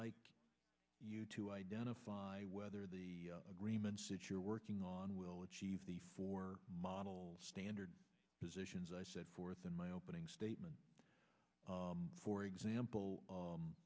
like you to identify whether the agreements that you're working on will achieve the four model standard positions i said forth in my opening statement for example